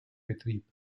betrieb